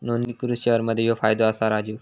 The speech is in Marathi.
नोंदणीकृत शेअर मध्ये ह्यो फायदो असा राजू